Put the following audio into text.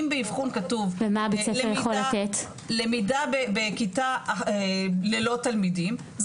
אם באבחון כתוב למידה בכיתה ללא תלמידים,